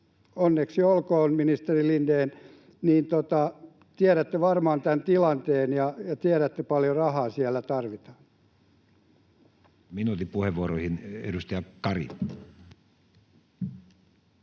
Onneksi olkoon, ministeri Lindén! Tiedätte varmaan tämän tilanteen ja tiedätte, paljonko rahaa siellä tarvitaan. Minuutin puheenvuoroihin. — Edustaja Kari.